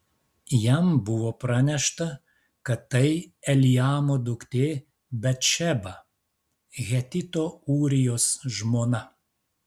jam buvo pranešta kad tai eliamo duktė batšeba hetito ūrijos žmona